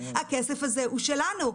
הכסף הזה הוא שלנו.